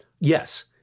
Yes